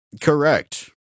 correct